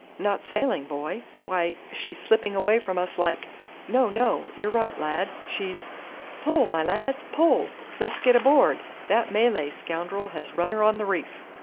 not sailing, boy? why she's slipping away from us like no, no you're right, lad, she's pull, my lads, pull let's get aboard. that malay scoundrel has run her on the reef.